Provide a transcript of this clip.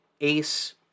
ace